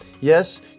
Yes